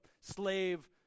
slave